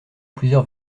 plusieurs